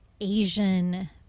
asian